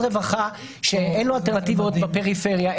רווחה שאין לו אלטרנטיבות בפריפריה.